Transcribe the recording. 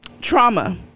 trauma